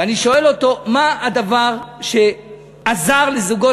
ואני שואל אותו: מה הדבר שעזר לזוגות